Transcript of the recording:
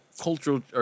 Cultural